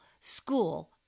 school